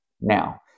Now